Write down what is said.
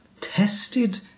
tested